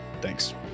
Thanks